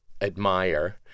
Admire